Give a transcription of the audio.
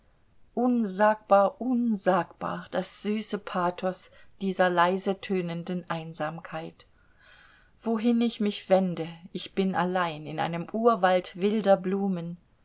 unsagbar unsagbar das süße pathos dieser leise tönenden einsamkeit wohin ich mich wende ich bin allein in einem urwald wilder blumen